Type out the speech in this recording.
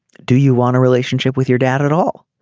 do you want a relationship with your dad at all